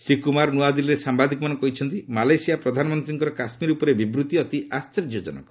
ଶ୍ରୀ କୁମାର ନୂଆଦିଲ୍ଲୀରେ ସାମ୍ବାଦିକମାନଙ୍କୁ କହିଛନ୍ତି ମାଲେସିଆ ପ୍ରଧାନମନ୍ତ୍ରୀଙ୍କର କାଶ୍ମୀର ଉପରେ ବିବୃତ୍ତି ଅତି ଆଶ୍ଚର୍ଯ୍ୟଜନକ